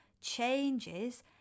changes